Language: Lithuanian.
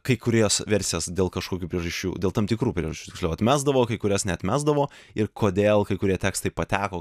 kai kurias versijas dėl kažkokių priežasčių dėl tam tikrų priežasčių tiksliau atmesdavo kai kurias neatmesdavo ir kodėl kai kurie tekstai pateko